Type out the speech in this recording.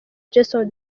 jason